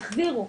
תחזירו".